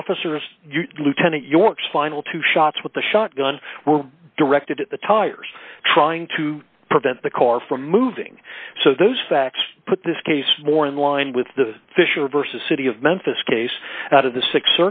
officers lieutenant york's final two shots with the shotgun were directed at the tires trying to prevent the car from moving so those facts put this case more in line with the fisher vs city of memphis case out of the six